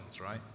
right